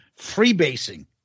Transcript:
freebasing